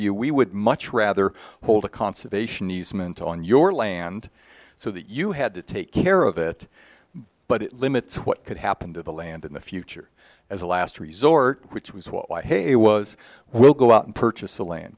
view we would much rather hold a conservation easement on your land so that you had to take care of it but it limits what could happen to the land in the future as a last resort which was why hay was will go out and purchase a land